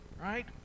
right